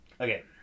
Okay